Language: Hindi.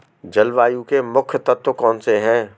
जलवायु के मुख्य तत्व कौनसे हैं?